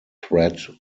threat